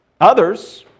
Others